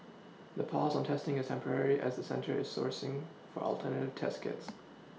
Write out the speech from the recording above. the pause on testing is temporary as the centre is sourcing for alternative test kits